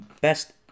best